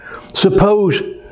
Suppose